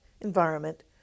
environment